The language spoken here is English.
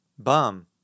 Bum